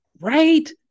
right